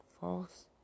false